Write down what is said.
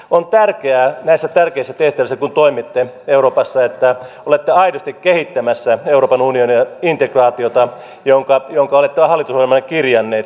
on tärkeää näissä tärkeissä tehtävissä kun toimitte euroopassa että olette aidosti kehittämässä euroopan unionin integraatiota minkä olette jo hallitusohjelmaanne kirjanneet